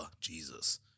Jesus